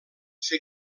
fer